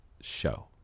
show